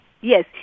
Yes